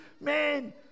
man